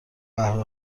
قهوه